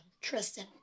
Tristan